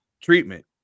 treatment